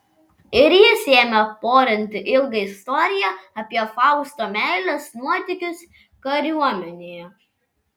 ir jis ėmė porinti ilgą istoriją apie fausto meilės nuotykius kariuomenėje